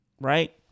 right